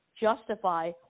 justify